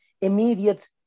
immediate